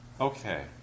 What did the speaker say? Okay